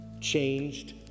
Changed